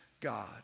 God